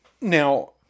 now